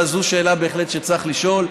אבל זו שאלה שבהחלט צריך לשאול.